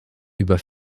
über